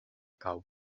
cau